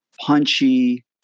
punchy